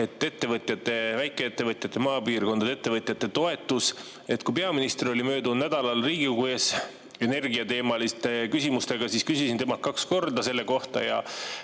ettevõtjate, väikeettevõtjate, maapiirkondade ettevõtjate toetus. Kui peaminister oli möödunud nädalal Riigikogu ees energiateemalistele küsimustele vastamas, siis küsisin temalt kaks korda selle kohta.